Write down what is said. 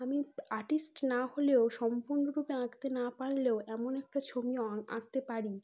আমি আর্টিস্ট না হলেও সম্পূর্ণরূপে আঁকতে না পারলেও এমন একটা ছবি আঁকতে পারি